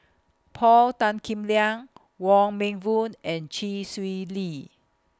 Paul Tan Kim Liang Wong Meng Voon and Chee Swee Lee